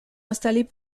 installée